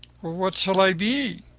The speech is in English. what shall i be?